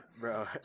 bro